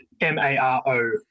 M-A-R-O